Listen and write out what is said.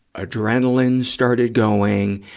adrenaline started going,